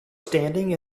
standing